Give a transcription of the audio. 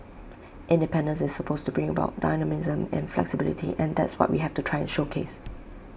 independence is supposed to bring about dynamism and flexibility and that's what we have to try and showcase